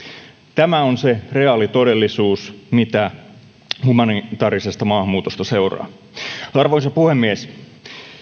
tämä on se reaalitodellisuus mitä humanitaarisesta maahanmuutosta seuraa arvoisa puhemies